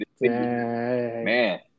man